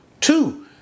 two